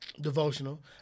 Devotional